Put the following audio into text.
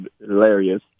hilarious